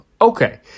Okay